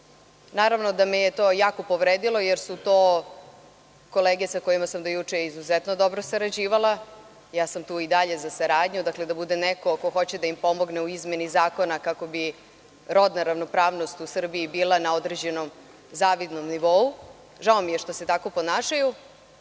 Naravno da me je to jako povredilo, jer su to kolege sa kojima sam do juče izuzetno dobro sarađivala. Ja sam tu i dalje za saradnju, da budem neko ko hoće da im pomogne u izmeni zakona kako bi rodna ravnopravnost u Srbiji bila na određenom zavidnom nivou. Žao mi je što se tako ponašaju.